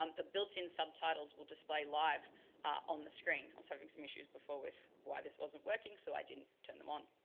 um the built-in subtitles will display live on the screen. i was having some issues before with why this wasn't working, so i didn't turn them on.